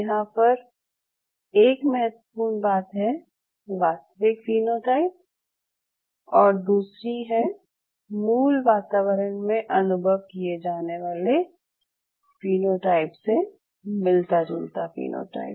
यहाँ पर एक महत्त्वपूर्ण बात है वास्तविक फीनोटाइप और दूसरी है मूल वातावरण में अनुभव किये जाने वाले फीनोटाइप से मिलता जुलता फीनोटाइप